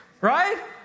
right